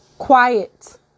quiet